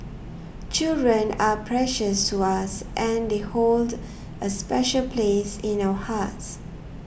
children are precious to us and they hold a special place in our hearts